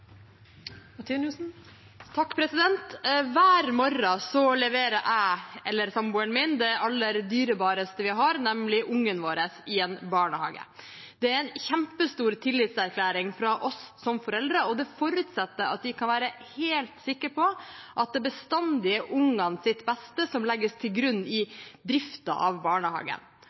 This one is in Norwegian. aller mest dyrebare vi har, nemlig ungen vår, i en barnehage. Det er en kjempestor tillitserklæring fra oss som foreldre, og det forutsetter at vi kan være helt sikre på at det bestandig er ungenes beste som legges til grunn i driften av barnehagen.